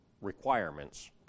requirements